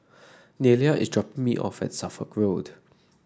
Nelia is dropping me off at Suffolk Road